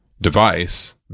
device